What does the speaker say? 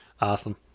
Awesome